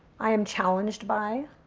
i am challenged by?